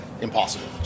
impossible